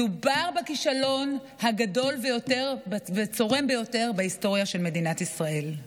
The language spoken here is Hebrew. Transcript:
מדובר בכישלון הגדול ביותר והצורם ביותר בהיסטוריה של מדינת ישראל.